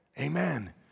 Amen